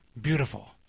beautiful